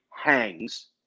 hangs